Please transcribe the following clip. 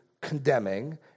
condemning